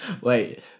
Wait